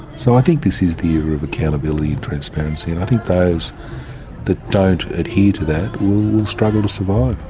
so i think this is the era of accountability and transparency and i think those that don't adhere to that will struggle to survive.